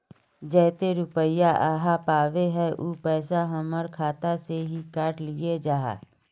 जयते रुपया आहाँ पाबे है उ पैसा हमर खाता से हि काट लिये आहाँ?